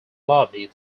lobby